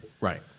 Right